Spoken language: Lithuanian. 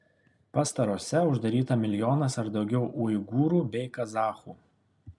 pastarosiose uždaryta milijonas ar daugiau uigūrų bei kazachų